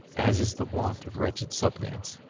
as is the wont of wretched suppliants.